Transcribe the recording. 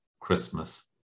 Christmas